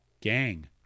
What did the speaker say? gang